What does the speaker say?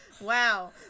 Wow